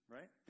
Right